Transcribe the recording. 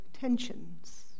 tensions